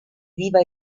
viva